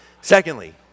Secondly